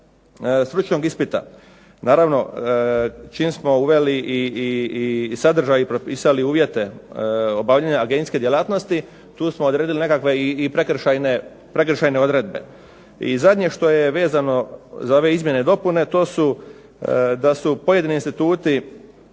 stručnog ispita. Naravno čim smo uveli i sadržaj i propisali uvjete obavljanja agencijske djelatnosti, tu smo odredili nekakve i prekršajne odredbe. I zadnje što je vezano za ove izmjene i dopune, to su da su pojedini instituti,